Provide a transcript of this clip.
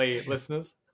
listeners